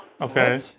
Okay